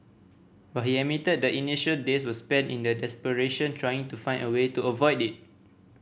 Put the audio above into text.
but he admitted the initial days were spent in the desperation trying to find a way to avoid it